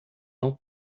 não